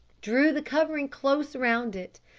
drew the covering close around it,